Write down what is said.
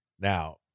now